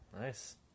Nice